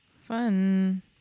Fun